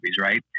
right